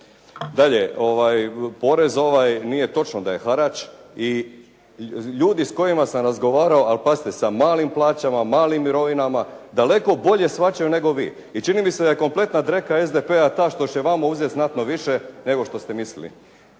Dalje, porez ovaj nije točno da je harač i ljudi s kojima sam razgovarao, ali pazite, sa malim plaćama, malim mirovinama, daleko bolje shvaćaju nego vi. I čini mi se da je kompletna dreka SDP-a ta što će vama uzeti znatno više, nego što ste mislili